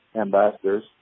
ambassadors